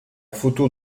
photo